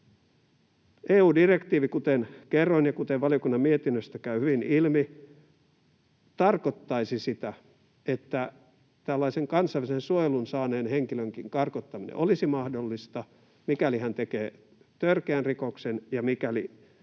EU-direktiivi, kuten kerroin ja kuten valiokunnan mietinnöstä käy hyvin ilmi, tarkoittaisi sitä, että myös tällaisen kansainvälisen suojelun saaneen henkilön karkottaminen olisi mahdollista, mikäli hän tekee törkeän rikoksen ja mikäli